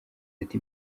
ati